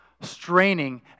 straining